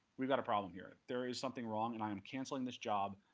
we've got a problem here there is something wrong, and i am canceling this job.